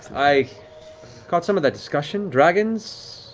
i caught some of that discussion. dragons?